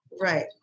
Right